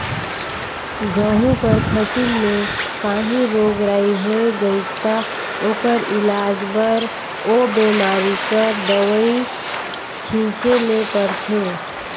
गहूँ कर फसिल में काहीं रोग राई होए गइस ता ओकर इलाज बर ओ बेमारी कर दवई छींचे ले परथे